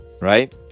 right